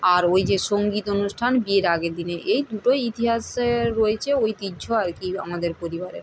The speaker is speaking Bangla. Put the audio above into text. আর ওই যে সঙ্গীত অনুষ্ঠান বিয়ের আগের দিনে এই দুটো ইতিহাসে রয়ে্ছে ঐতিহ্য আর কি আমাদের পরিবারের